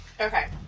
Okay